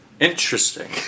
Interesting